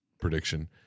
prediction